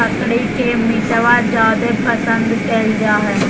बकरी के मीटबा जादे पसंद कइल जा हइ?